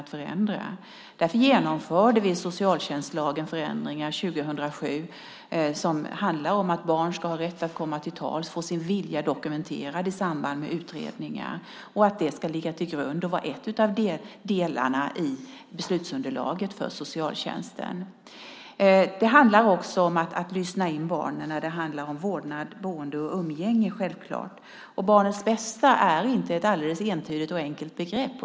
Därför genomförde vi förändringar i socialtjänstlagen 2007. De handlade om att barn ska ha rätt att få komma till tals och få sin vilja dokumenterad i samband med utredningar. Detta ska vara en av delarna i beslutsunderlaget för socialtjänsten. Det handlar självklart också om att lyssna in barnen i fråga om vårdnad, boende och umgänge. Barnets bästa är inte ett alldeles entydigt och enkelt begrepp.